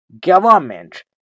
Government